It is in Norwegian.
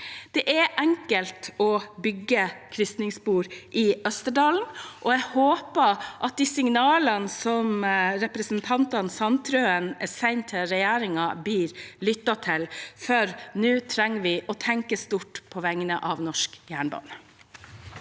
Det er enkelt å bygge krysningsspor i Østerdalen, og jeg håper at de signalene som representantene Sandtrøen sender til regjeringen, blir lyttet til, for nå trenger vi å tenke stort på vegne av norsk jernbane.